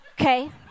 okay